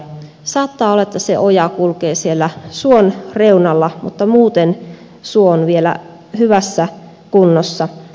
saattaa olla että se oja kulkee siellä suon reunalla mutta muuten suo on vielä hyvässä kunnossa